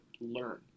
learn